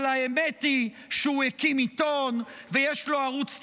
אבל האמת היא שהוא הקים עיתון ויש לו ערוץ טלוויזיה,